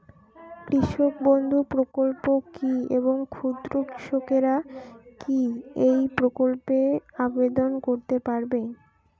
কৃষক বন্ধু প্রকল্প কী এবং ক্ষুদ্র কৃষকেরা কী এই প্রকল্পে আবেদন করতে পারবে?